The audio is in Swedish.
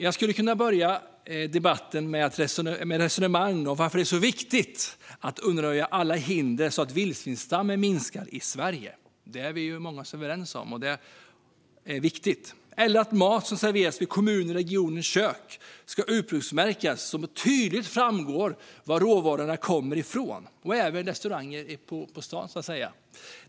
Jag skulle kunna börja debatten med ett resonemang om varför det är så viktigt att undanröja alla hinder för att minska vildsvinsstammen i Sverige - det är vi många som är överens om - eller om att mat som serveras från kommuners och regioners kök ska ursprungsmärkas så att det tydligt framgår var råvarorna kommer ifrån. Det gäller även restauranger på stan.